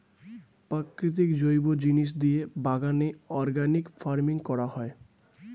প্রাকৃতিক জৈব জিনিস দিয়ে বাগানে অর্গানিক ফার্মিং করা হয়